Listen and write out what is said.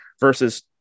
versus